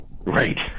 Right